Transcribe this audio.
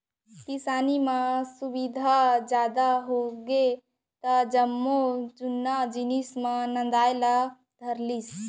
किसानी म सुबिधा जादा होगे त जम्मो जुन्ना जिनिस मन नंदाय ला धर लिस